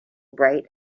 bright